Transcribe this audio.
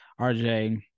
RJ